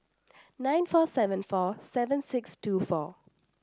nine four seven four seven six two four